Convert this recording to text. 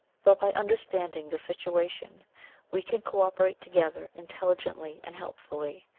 but by understanding the situation we can co operate together intelligently and helpfully,